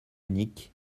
unique